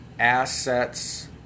Assets